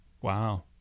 Wow